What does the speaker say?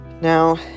Now